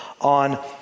on